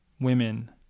women